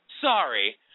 sorry